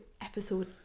episode